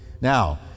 Now